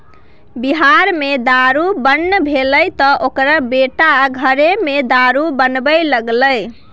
बिहार मे दारू बन्न भेलै तँ ओकर बेटा घरेमे दारू बनाबै लागलै